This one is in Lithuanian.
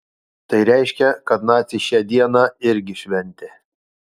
tai reiškia kad naciai šią dieną irgi šventė